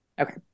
Okay